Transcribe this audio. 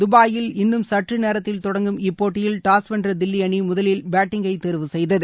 தபாயில் இன்னும் சற்று நேரத்தில் தொடங்கும் இப்போட்டியில் டாஸ் வென்ற தில்லி அணி முதலில் பேட்டிங்கை தேர்வு செய்தது